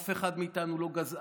אף אחד מאיתנו לא גזען,